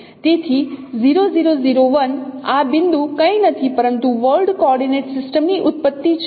તેથી આ બિંદુ કંઈ નથી પરંતુ વર્લ્ડ કોઓર્ડિનેટ સિસ્ટમ ની ઉત્પત્તિ છે